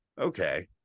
okay